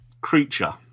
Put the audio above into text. creature